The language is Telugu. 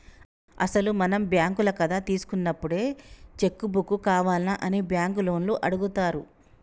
అసలు మనం బ్యాంకుల కథ తీసుకున్నప్పుడే చెక్కు బుక్కు కావాల్నా అని బ్యాంకు లోన్లు అడుగుతారు